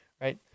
right